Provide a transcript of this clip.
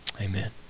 Amen